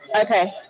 Okay